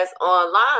online